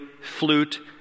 flute